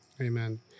Amen